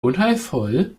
unheilvoll